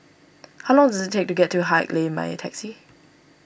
how long does it take to get to Haig Lane by taxi